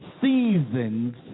seasons